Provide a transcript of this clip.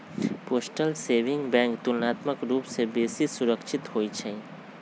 postal saving bank तुलनात्मक रूप से बेशी सुरक्षित होइ छइ